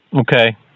Okay